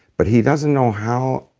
but he doesn't know how.